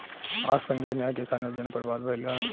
आज संघीय न्याय किसान योजना पर बात भईल ह